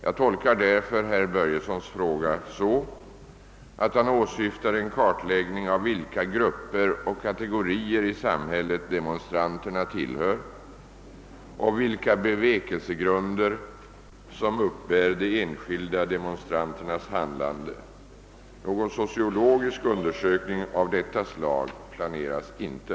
Jag tolkar därför herr Börjessons fråga så, att han åsyftar en kartläggning av vilka grupper och kategorier i samhället demonstranterna tillhör och vilka bevekelsegrunder som uppbär de enskilda demonstranternas handlande. Någon sociologisk undersökning av detta slag planeras inte.